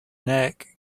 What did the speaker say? neck